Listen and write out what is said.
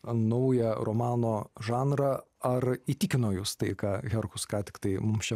naują romano žanrą ar įtikino jus tai ką herkus ką tiktai mums čia